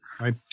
right